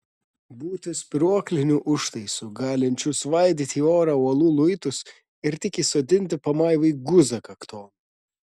būti spyruokliniu užtaisu galinčiu svaidyti į orą uolų luitus ir tik įsodinti pamaivai guzą kakton